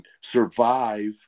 survive